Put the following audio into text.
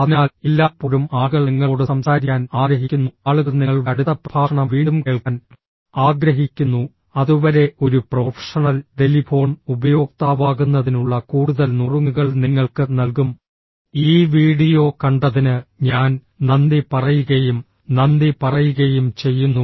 അതിനാൽ എല്ലായ്പ്പോഴും ആളുകൾ നിങ്ങളോട് സംസാരിക്കാൻ ആഗ്രഹിക്കുന്നു ആളുകൾ നിങ്ങളുടെ അടുത്ത പ്രഭാഷണം വീണ്ടും കേൾക്കാൻ ആഗ്രഹിക്കുന്നു അതുവരെ ഒരു പ്രൊഫഷണൽ ടെലിഫോൺ ഉപയോക്താവാകുന്നതിനുള്ള കൂടുതൽ നുറുങ്ങുകൾ നിങ്ങൾക്ക് നൽകും ഈ വീഡിയോ കണ്ടതിന് ഞാൻ നന്ദി പറയുകയും നന്ദി പറയുകയും ചെയ്യുന്നു